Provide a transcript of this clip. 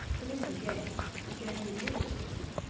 but in the end began to irritate me.